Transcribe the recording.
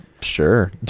Sure